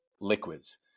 liquids